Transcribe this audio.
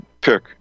pick